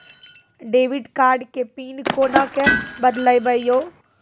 Debit card के pin कोना के बदलबै यो?